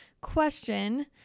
question